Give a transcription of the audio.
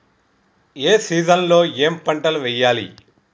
ఏ season లో ఏం పంటలు వెయ్యాలి?